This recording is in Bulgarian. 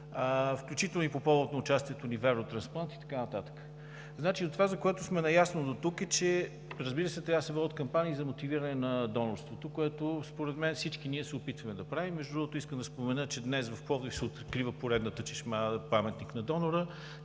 включително и по повод на участието ни в Евротрансплант, и така нататък. Това, за което сме наясно дотук, е, че трябва да се водят кампании за мотивиране на донорството, което според мен всички ние се опитваме да правим. Между другото искам да спомена, че днес в град Пловдив се открива поредната чешма-паметник на донора.